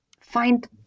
find